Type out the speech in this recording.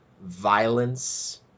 violence